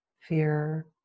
fear